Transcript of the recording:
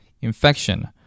infection